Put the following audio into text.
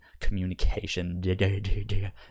communication